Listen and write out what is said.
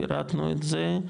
פירטנו את זה,